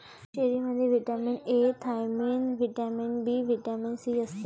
चेरीमध्ये vitamin A, thiamine, vitamin B, vitamin C असते